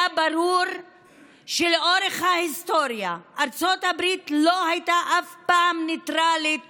היה ברור שלאורך ההיסטוריה ארצות הברית אף פעם לא הייתה ניטרלית